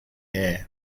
air